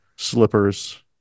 Slippers